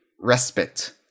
respite